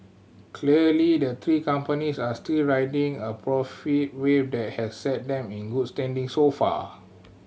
clearly the three companies are still riding a profit wave that has set them in good standing so far